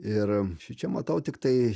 ir šičia matau tiktai